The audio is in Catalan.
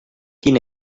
quin